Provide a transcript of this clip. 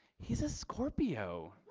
he's a scorpio.